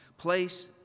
Place